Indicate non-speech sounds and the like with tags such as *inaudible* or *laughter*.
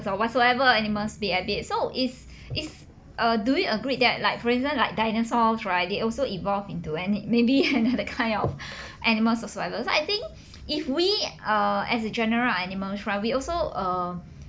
so whatsoever animals be albeit so is is uh do we agreed that like for instance like dinosaur right they also evolve into any maybe *laughs* another kind of animals or whatsoever so I think if we uh as a general are animals right we also err